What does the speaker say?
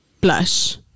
blush